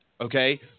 okay